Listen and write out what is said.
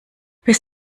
bis